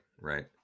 right